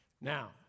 now